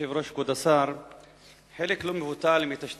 אני קובע שהצעת ועדת הכנסת בנושא תיקון תקנון הכנסת עברה,